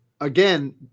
Again